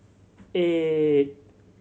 eight